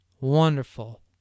wonderful